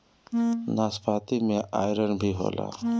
नाशपाती में आयरन भी होला